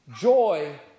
Joy